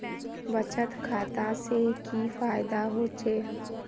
बचत खाता से की फायदा होचे?